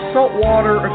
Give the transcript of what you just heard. Saltwater